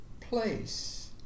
place